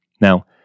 Now